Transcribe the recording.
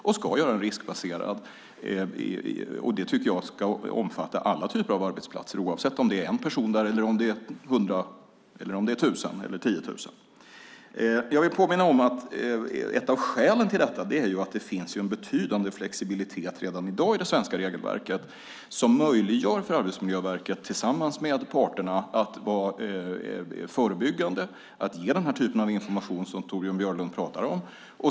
De ska omfatta alla typer av arbetsplatser, oavsett om det jobbar en, hundra, tusen eller tiotusen personer där. Jag vill påminna om att ett av skälen till detta är att det redan i dag finns en betydande flexibilitet i det svenska regelverket som möjliggör för Arbetsmiljöverket tillsammans med parterna att vara förebyggande och ge den typ av information som Torbjörn Björlund talar om.